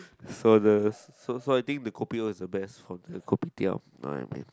so the so so I think the kopi O is the best from the kopitiam uh